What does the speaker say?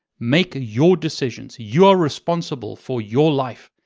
make your decisions. you're responsible for your life.